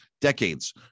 decades